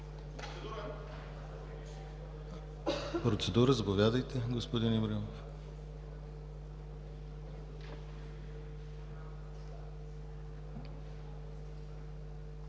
процедура – заповядайте, господин Ибрямов.